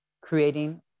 creating